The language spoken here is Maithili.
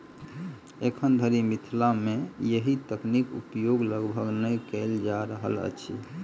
एखन धरि मिथिला मे एहि तकनीक उपयोग लगभग नै कयल जा रहल अछि